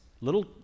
little